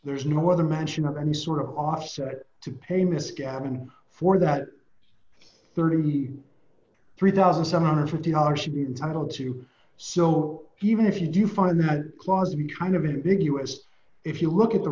there's no other mention of any sort of offset to pay miss gavin for that thirty three thousand seven hundred and fifty dollars should be entitled to so even if you do find that clause to be kind of a big us if you look at the